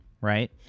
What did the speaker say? right